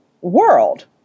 world